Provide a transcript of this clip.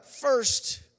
first